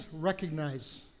recognize